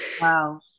Wow